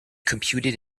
computed